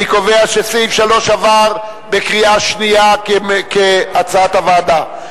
אני קובע שסעיף 3 עבר בקריאה שנייה כהצעת הוועדה.